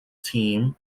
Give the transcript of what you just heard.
team